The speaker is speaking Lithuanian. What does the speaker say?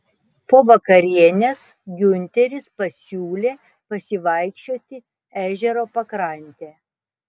po vakarienės giunteris pasiūlė pasivaikščioti ežero pakrante